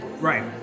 Right